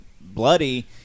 bloody